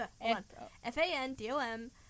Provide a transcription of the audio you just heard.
F-A-N-D-O-M